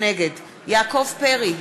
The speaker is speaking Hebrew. נגד יעקב פרי,